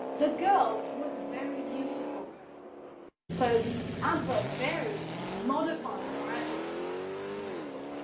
the girl was very beautiful so the adverb very modifies our adjective beautiful.